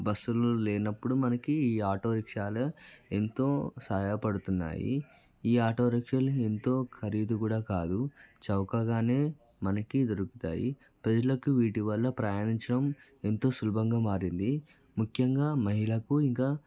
బస్సులు లేనప్పుడు మనకి ఈ ఆటోరిక్షాలు ఎంతో సహాయపడుతున్నాయి ఈ ఆటోరిక్షాలు ఎంతో ఖరీదు కూడా కాదు చౌకగానే మనకి దొరుకుతాయి ప్రజలకు వీటి వల్ల ప్రయాణించడం ఎంతో సులభంగా మారింది ముఖ్యంగా మహిళకు ఇంకా